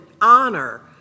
honor